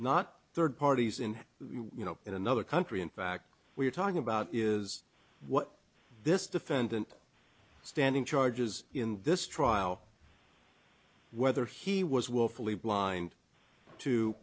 not third parties in we know in another country in fact we're talking about is what this defendant standing charges in this trial whether he was willfully blind to